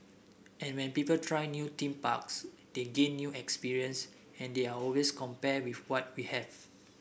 and when people try new theme parks they gain new experience and they are always compare with what we have